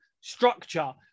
structure